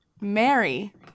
Mary